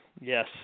Yes